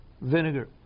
vinegar